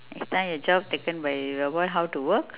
next time the job taken by robot how to work